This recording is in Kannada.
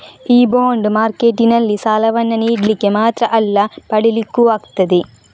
ಈ ಬಾಂಡ್ ಮಾರ್ಕೆಟಿನಲ್ಲಿ ಸಾಲವನ್ನ ನೀಡ್ಲಿಕ್ಕೆ ಮಾತ್ರ ಅಲ್ಲ ಪಡೀಲಿಕ್ಕೂ ಆಗ್ತದೆ